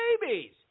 babies